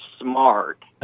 smart